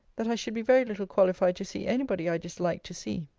that i should be very little qualified to see any body i disliked to see.